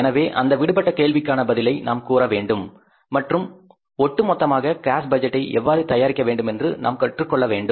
எனவே அந்த விடுபட்ட கேள்விக்கான பதிலை நாம் கூறவேண்டும் மற்றும் ஒட்டுமொத்தமாக கேஸ் பட்ஜெட்டை எவ்வாறு தயாரிக்க வேண்டுமென்று நாம் கற்றுக்கொள்ள வேண்டும்